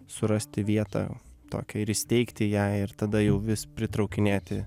surasti vietą tokią ir įsteigti ją ir tada jau vis pritraukinėti